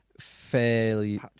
Fairly